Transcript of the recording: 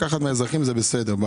לוקחת מהאזרחים, זה בסדר.